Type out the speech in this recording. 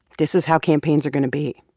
this is how campaigns are going to be